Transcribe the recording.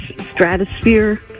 stratosphere